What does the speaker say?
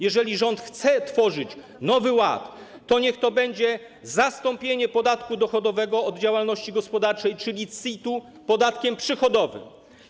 Jeżeli rząd chce tworzyć nowy ład, to niech to będzie zastąpienie podatku dochodowego od działalności gospodarczej, czyli CIT-u, podatkiem przychodowym.